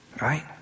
Right